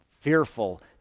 fearful